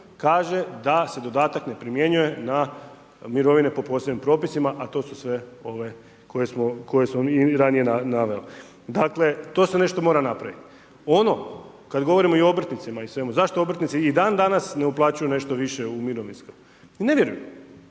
kaže da se dodatak ne primjenjuje na mirovine po posebnim propisima, a to su sve ove koje sam i ranije naveo. Dakle to se nešto mora napravit. Ono, kad govorimo i obrtnicima i svemu, zašto obrtnici i dan danas ne uplaćuju nešto više u mirovinsko? Jer ne vjeruju,